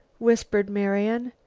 whispered marian.